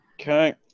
Okay